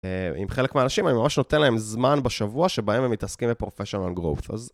עם חלק מהאנשים, אני ממש נותן להם זמן בשבוע, שבהם הם מתעסקים בprofessional growth, אז...